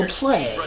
play